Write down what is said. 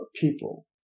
people